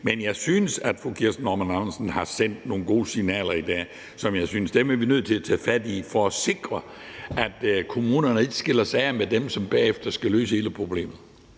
Men jeg synes, at fru Kirsten Normann Andersen har sendt nogle gode signaler i dag, som jeg synes at vi bliver nødt til at lytte til for at sikre, at kommunerne ikke skiller sig af med dem, som bagefter skal løse hele problemet.